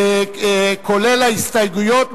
כולל ההסתייגויות,